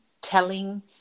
telling